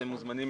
אתם מוזמנים,